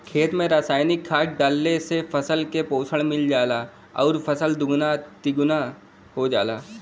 खेत में रासायनिक खाद डालले से फसल के पोषण मिल जाला आउर फसल दुगुना तिगुना हो जाला